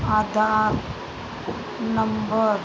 Aadhaar number